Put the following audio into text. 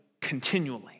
continually